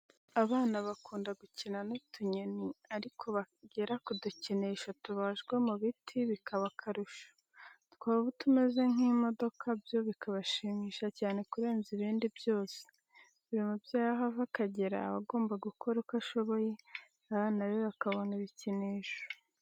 Abana bakunda gukina n'utunyoni ariko bagera ku dukinisho tubajwe mu biti, bikaba akarusho, twaba utumeze nk'imodoka byo bikabashimisha cyane kurenza ibindi byose, buri mubyeyi aho ava akagera aba agomba gukora uko ashoboye abana be bakabona ibikinisho.